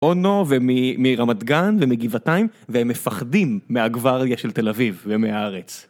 אונו ומרמת גן ומגבעתיים והם מפחדים מהגוואריה של תל אביב ומהארץ.